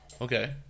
Okay